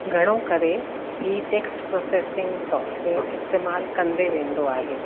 घणो करे हीउ टेक्स्ट प्रोसेसिंग सॉफ़्टवेयर इस्तेमालु कंदे वेंदो आहे